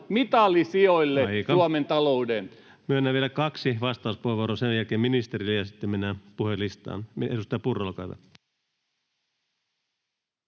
Time: 16:10 Content: Myönnän vielä kaksi vastauspuheenvuoroa, sen jälkeen ministerille, ja sitten mennään puhujalistaan.